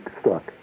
stuck